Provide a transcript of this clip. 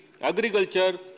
agriculture